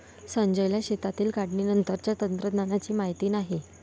संजयला शेतातील काढणीनंतरच्या तंत्रज्ञानाची माहिती नाही